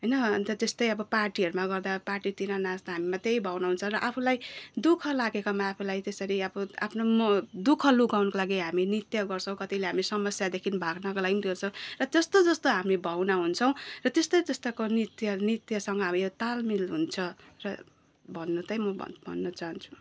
होइन अन्त जस्तै अब पार्टीहरूमा गर्दा पार्टीतिर नाच्दा हामीमा त्यही भावना हुन्छ र आफूलाई दुःख लागेकामा आफूलाई त्यसरी अब आफ्नो म दुःख लुकाउनको लागि हामी नृत्य गर्छौँ कति बेला हामी समस्यादेखि भाग्नको लागि गर्छौँ र जस्तो जस्तो हामी भावनामा हुन्छौँ र त्यस्ता त्यस्ताको नृत्य नृत्यसँग अब यो तालमेल हुन्छ र भन्नु त्यही म भन्नचाहन्छु